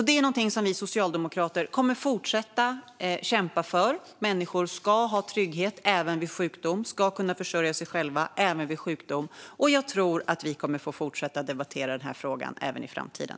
Det är någonting som vi socialdemokrater kommer att fortsätta att kämpa för. Människor ska ha trygghet även vid sjukdom. De ska kunna försörja sig själva även vid sjukdom. Jag tror att vi kommer att få fortsätta att debattera den här frågan även i framtiden.